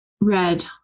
Red